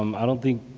um i don't think